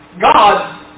God